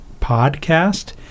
Podcast